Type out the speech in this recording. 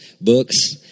books